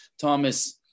Thomas